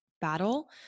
battle